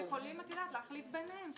הם יכולים להחליט ביניהם.